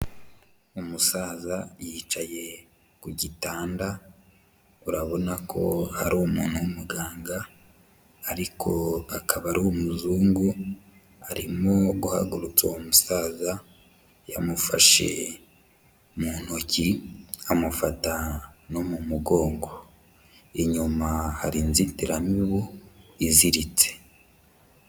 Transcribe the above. Umusaza yicaye ku gitanda urabona ko hari umuntu w'umuganga ariko akaba ari umuzungu, arimo guhagurutsa uwo musaza, yamufashe mu ntoki amufata no mu mugongo, inyuma hari inzitiramibu iziritse.